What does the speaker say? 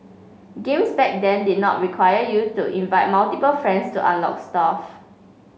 games back then did not require you to invite multiple friends to unlock stuff